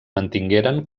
mantingueren